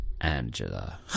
Angela